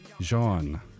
Jean